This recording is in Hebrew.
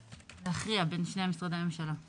להכריע בין שני משרדי הממשלה.